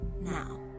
Now